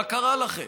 מה קרה לכם?